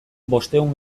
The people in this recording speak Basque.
bostehun